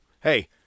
Hey